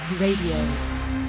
Radio